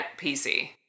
PC